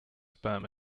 sperm